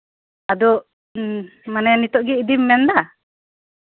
ᱟᱫᱚ ᱢᱟᱱᱮ ᱱᱤᱛᱚᱜ ᱜᱮ ᱤᱫᱤᱢ ᱢᱮᱱ ᱫᱟ